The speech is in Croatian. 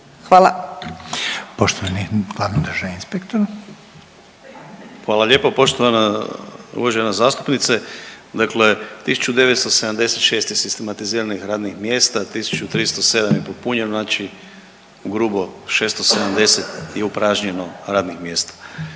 inspektor. **Mikulić, Andrija (HDZ)** Hvala lijepo. Poštovana uvažena zastupnice, dakle 1976 sistematiziranih radnih mjesta, 1307 je popunjeno, znači ugrubo 670 je upražnjeno radnih mjesta.